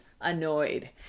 annoyed